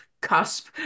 cusp